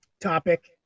topic